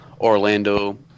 orlando